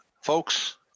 Folks